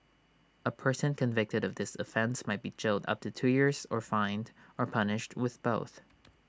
A person convicted of this offence may be jailed up to two years or fined or punished with both